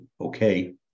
okay